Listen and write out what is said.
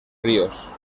ríos